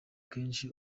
kenshi